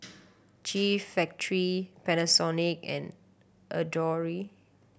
G Factory Panasonic and Adore